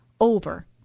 over